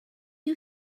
you